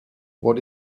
what